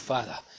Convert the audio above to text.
Father